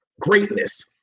greatness